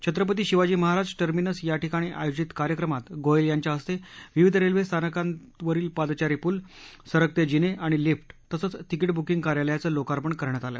Chhatrapati Shivaji Maharaj terminus याठिकाणी आयोजित कार्यक्रमात गोयल यांच्या हस्ते विविध रेल्वे स्थानकांवरील पादचारी पूल सरकते जिने आणि लिफ्ट तसंच तिकीट बुकींग कार्यालयांचं लोकार्पण करण्यात आलं